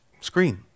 screen